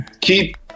Keep